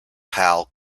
pal